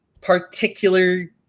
particular